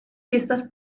fiestas